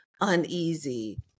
uneasy